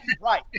Right